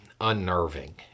unnerving